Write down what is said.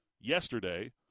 yesterday